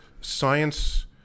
science